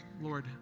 Lord